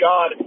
God